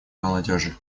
молодежи